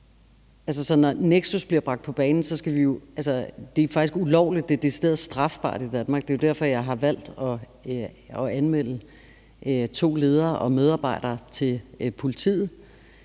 Nexus bragt på banen, og jeg vil sige, at det, der skete, faktisk er ulovligt. Det er decideret strafbart i Danmark. Det er jo derfor, jeg har valgt at anmelde to ledere og medarbejdere til politiet.